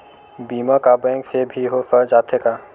बीमा का बैंक से भी हो जाथे का?